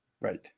Right